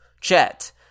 Chet